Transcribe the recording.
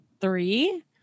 three